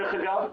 דרך אגב,